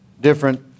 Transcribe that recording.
different